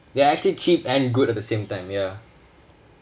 they are actually cheap and good at the same time ya